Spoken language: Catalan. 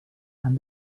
han